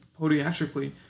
podiatrically